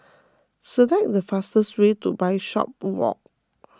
select the fastest way to Bishopswalk